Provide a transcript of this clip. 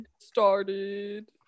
started